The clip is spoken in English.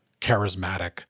charismatic